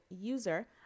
user